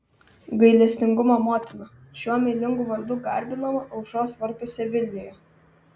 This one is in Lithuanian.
gailestingumo motina šiuo meilingu vardu garbinama aušros vartuose vilniuje